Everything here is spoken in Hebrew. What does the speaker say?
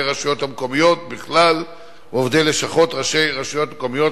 הרשויות המקומיות בכלל ועובדי לשכות ראשי רשויות מקומיות,